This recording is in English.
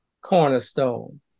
cornerstone